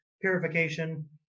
purification